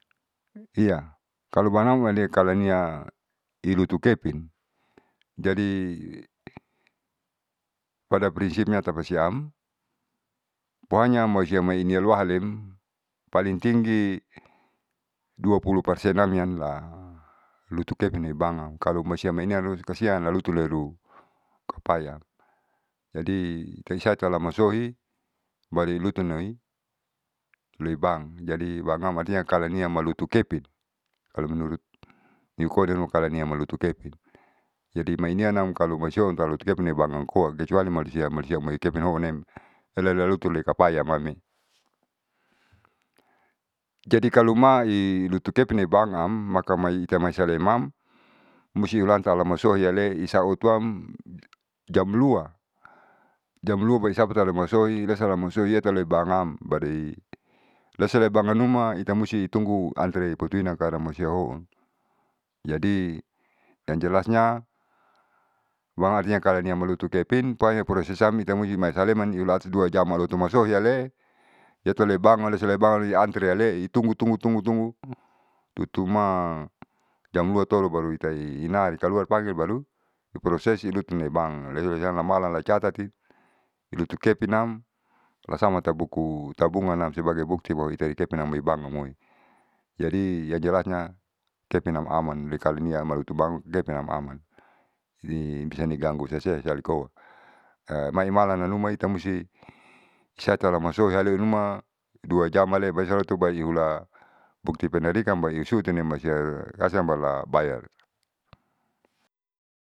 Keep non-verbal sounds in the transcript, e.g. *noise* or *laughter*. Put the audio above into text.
Iya kalo banam alaikalania ilutu kepin jadi pada prinsipsanya tapasiam. Pokonya mau siam maiinialua halem paling tinggi dua puluh persenannya la lutukepin neibank am kalo moisiam moinee lutu kasian lalulutuleru kapayan. Jadi teisata laumasohi baru ilununami loibank jadi bang am artinya kalo niamalutu kepin kalo menurut nikoa niharuma kalania molutu kepin. Jadi mainianam kalo masohi tau lutukepine bank amkoa kecuali malusia malusia amoi kepinee ho'unem elahelaloto kapayamamee. jadi kalo mailutu kepine bank am maka mai ita maisaleman musti hulatau alamasohiale isaotoam jam lua jam lua baru ita sampe masohi lesalam masohi eloibankam baru i leseloibak amnuma itamusti tunggu antri putuina karamalusia hoon. Jadi yang jelasnya uang artinya kalania malotukepin pokonya prosesam ita maisaleman ialua jam loto masohi halee eteloi bank ale alesuliabank antriale i tunggu tunggu tunggu tunggu tutuma jam lua tolo baru ita i nari kaluar panggel baru proses lutunoi bank leusalemalan lecatati lutu kepinam lasamatsu buku tabunganam sebagai bukti bahwa itali kepine amoi bank amoi. Jadi yang jelasnya kepinan aman likalunia amloto bank kepinan aman nibisa ni ganggu sea sea alisa koa *hesitation* maimalananuma ita musti seatau ala masohi haleunuma dua jam ale baeesaloto baeihula buktipenarikan baiisuhutinem siam baru labayar.